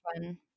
one